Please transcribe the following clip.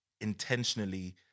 intentionally